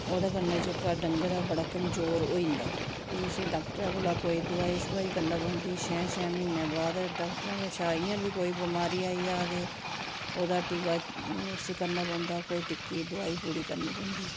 ओह्दे कन्नै जेह्का डंगर ऐ ओह् बड़ा कमजोर होई जंदा फ्ही उसी डाक्टर कोला कोई दवाई छुआई करना पौंदी छैं छैं म्हीने बाद डाक्टर कशा इ'यां बी कोई बमारी आई जा ते ओह्दा टीका उसी करना पौंदा कोई टिक्की दुआई पूड़ी करनी पौंदी